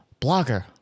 blogger